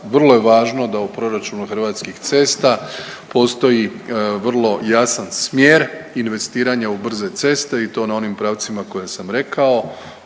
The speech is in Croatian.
vrlo je važno da u proračunu Hrvatskih cesta postoji vrlo jasan smjer investiranja u brze ceste i to na onim pravcima koje sam rekao,